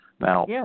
Now